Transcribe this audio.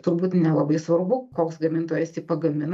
turbūt nelabai svarbu koks gamintojas jį pagamino